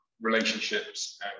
relationships